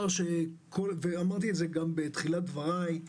אמרתי את זה גם בתחילת דבריי,